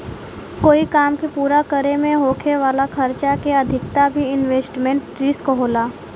कोई काम के पूरा करे में होखे वाला खर्चा के अधिकता भी इन्वेस्टमेंट रिस्क होला